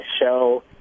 show